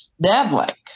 dad-like